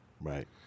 Right